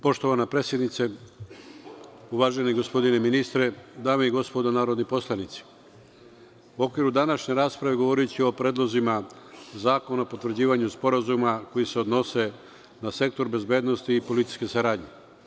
Poštovana predsednice, uvaženi gospodine ministre, dame i gospodo narodni poslanici, u okviru današnje rasprave govoriću o predlozima zakona o potvrđivanju sporazuma koji se odnose na sektor bezbednosti i policijske saradnje.